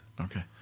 Okay